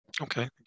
Okay